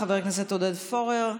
חבר הכנסת עודד פורר,